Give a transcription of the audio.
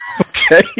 Okay